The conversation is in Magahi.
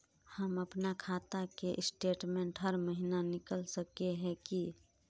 हम अपना खाता के स्टेटमेंट हर महीना निकल सके है की?